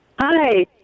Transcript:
Hi